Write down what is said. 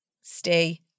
stay